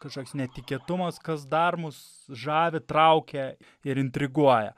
kažkoks netikėtumas kas dar mus žavi traukia ir intriguoja